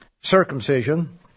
circumcision